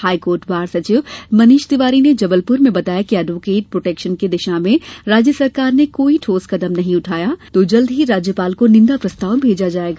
high court bar सचिव मनीष तिवारी ने जबलपूर में बताया कि एडवोकेट प्रोटेक्शन की दिशा में राज्य सरकार ने कोई ठोस कदम नहीं उठाया गया तो जल्द ही राज्यपाल को निंदा प्रस्ताव भेजा जाएगा